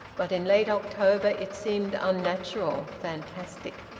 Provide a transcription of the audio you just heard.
but in late october it seemed unnatural, fantastic.